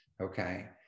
Okay